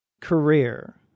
career